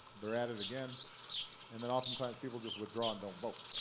they're at it again and then oftentimes people just withdraw and don't vote.